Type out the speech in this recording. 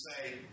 say